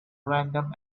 random